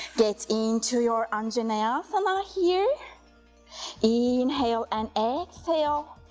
get into your anjaneyasana here inhale, and exhale,